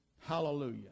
Hallelujah